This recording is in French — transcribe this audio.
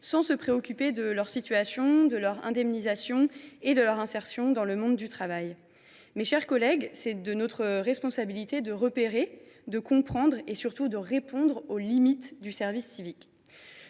sans se préoccuper de leur situation, de leur indemnisation et de leur insertion dans le monde du travail. Mes chers collègues, il est de notre responsabilité de repérer, de comprendre et, surtout, de répondre aux limites du service civique.